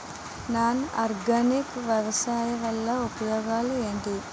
Non organic వ్యవసాయం వల్ల ఉపయోగాలు ఏంటీ?